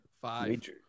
Five